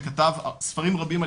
שכתב ספרים רבים,